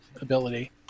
ability